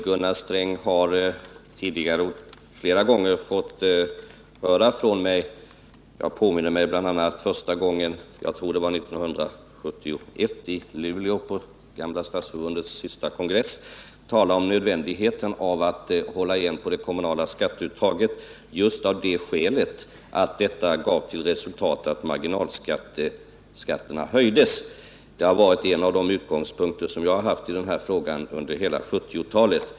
Gunnar Sträng har tidigare flera gånger fått höra mig —-jag påminner mig bl.a. första gången, som jag tror var 1971 i Luleå på gamla 37 Stadsförbundets sista kongress — tala om nödvändigheten av att hålla igen på det kommunala skatteuttaget, just av det skälet att detta gav till resultat att marginalskatterna höjdes. Det har varit en av de utgångspunkter jag har haft i denna fråga under hela 1970-talet.